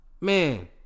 Man